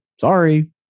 sorry